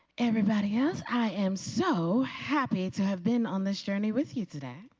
everybody else i am so happy to have been on this journey with you today.